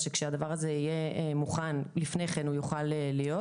כלומר שכאשר הדבר הזה יהיה מוכן לפני כן הוא יוכל להתקיים.